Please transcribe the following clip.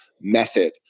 Method